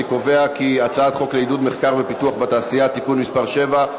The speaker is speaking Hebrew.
אני קובע כי הצעת חוק לעידוד מחקר ופיתוח בתעשייה (תיקון מס' 7),